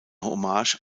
hommage